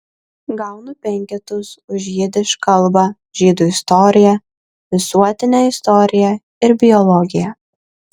gaunu penketus už jidiš kalbą žydų istoriją visuotinę istoriją ir biologiją